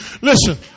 Listen